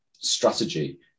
strategy